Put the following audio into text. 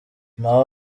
naho